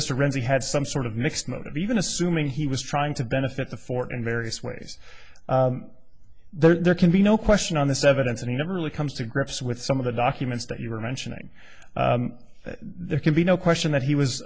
he had some sort of mixed motive even assuming he was trying to benefit the fort in various ways there can be no question on this evidence and he never really comes to grips with some of the documents that you were mentioning that there can be no question that he was